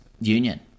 Union